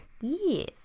Yes